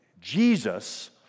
Jesus